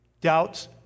Doubts